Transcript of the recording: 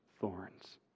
thorns